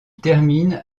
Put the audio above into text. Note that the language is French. termine